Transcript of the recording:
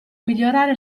migliorare